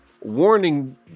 warning